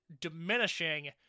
diminishing